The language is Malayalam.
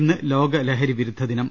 ഇന്ന് ലോക ലഹരിവിരുദ്ധദിനം